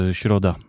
środa